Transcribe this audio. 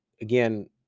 again